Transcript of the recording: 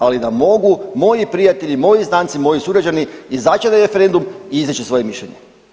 Ali da mogu moji prijatelji, moji znanci, moji sugrađani izaći na referendum i izreći svoje mišljenje.